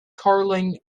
carling